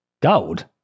Gold